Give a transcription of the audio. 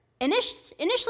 Initially